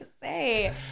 say